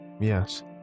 Yes